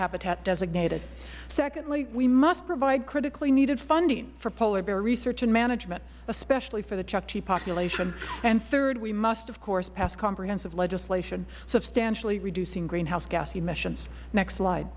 habitat designated secondly we must provide critically needed funding for polar bear research and management especially for the chukchi population and third we must of course pass comprehensive legislation substantially reducing greenhouse gas emissions next sli